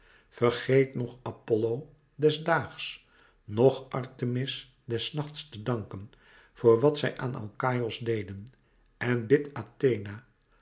vergeet noch apollo des daags noch artemis des nachts te danken voor wat zij aan alkaïos deden en bidt athena